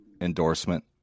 endorsement